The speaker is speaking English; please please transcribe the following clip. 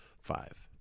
five